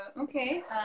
okay